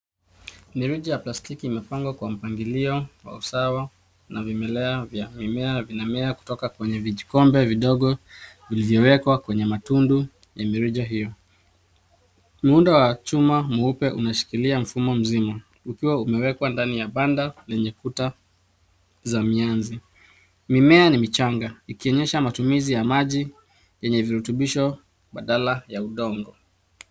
Daraja ya plastiki imepangwa kwa mpangilio wa usawa na vimelea vya mimea vinamea kutoka kwenye vijikombe vidogo viilivyowekwa kwenye matundu ya mirija hiyo. Muundo wa chuma mweupe unashikilia mfumo mzima ukiwa umewekwa ndani ya banda lenye kuta za mianzi. Mimea ni michanga ikionyesha matumizi ya maji yenye virutubisho badala ya udongo.